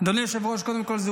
אדוני היושב-ראש, קודם כול זאת